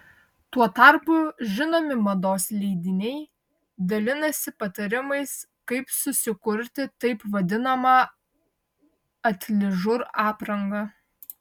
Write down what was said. tuo tarpu žinomi mados leidiniai dalinasi patarimais kaip susikurti taip vadinamą atližur aprangą